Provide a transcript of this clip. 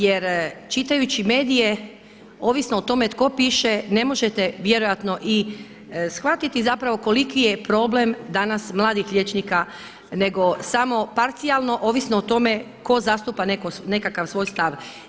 Jer čitajući medije ovisno o tome tko piše ne možete vjerojatno i shvatiti zapravo koliki je problem danas mladih liječnika nego samo parcijalno ovisno o tome tko zastupa nekakav svoj stav.